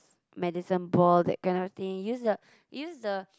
medicine ball that kind of thing use the use the